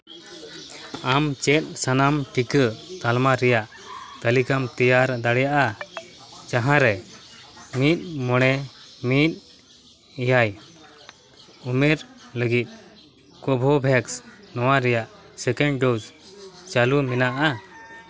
ᱟᱢ ᱪᱮᱫ ᱥᱟᱱᱟᱢ ᱴᱤᱠᱟᱹ ᱛᱟᱞᱢᱟ ᱨᱮᱭᱟᱜ ᱛᱟᱹᱞᱤᱠᱟᱢ ᱛᱮᱭᱟᱨ ᱫᱟᱲᱮᱭᱟᱜᱼᱟ ᱡᱟᱦᱟᱸ ᱨᱮ ᱢᱤᱫ ᱢᱚᱬᱮ ᱢᱤᱫ ᱮᱭᱟᱭ ᱩᱢᱮᱨ ᱞᱟᱹᱜᱤᱫ ᱠᱳᱵᱷᱳᱵᱷᱮᱠᱥ ᱱᱚᱣᱟ ᱨᱮᱭᱟᱜ ᱥᱮᱠᱮᱱᱰ ᱰᱳᱥ ᱪᱟᱹᱞᱩ ᱢᱮᱱᱟᱜᱼᱟ